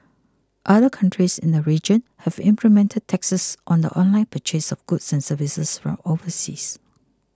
other countries in the region have implemented taxes on the online purchase of goods and services from overseas